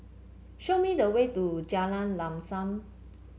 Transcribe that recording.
show me the way to Jalan Lam Sam